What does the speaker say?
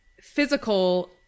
physical